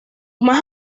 más